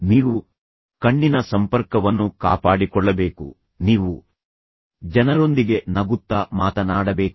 ನೀವು ಕಣ್ಣಿನ ಸಂಪರ್ಕವನ್ನು ಕಾಪಾಡಿಕೊಳ್ಳಬೇಕು ನೀವು ಜನರೊಂದಿಗೆ ನಗುತ್ತಾ ಮಾತನಾಡಬೇಕು